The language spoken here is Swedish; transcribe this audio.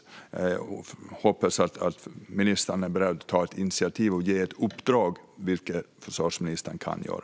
Jag hoppas att ministern är beredd att ta ett initiativ och ge ett uppdrag, vilket försvarsministern kan göra.